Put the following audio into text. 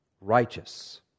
righteous